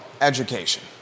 education